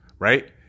Right